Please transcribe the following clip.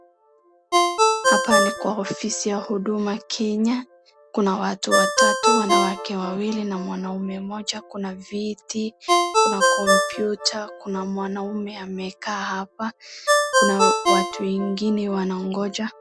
Hapa ni kwa ofisi ya Huduma Kenya kuna watu watatu wanawake wawili na mwanaume mmoja, kuna viti kuna kompyuta na kuna mwanaume amekaa hapa kuna watu wengine wanaongoja.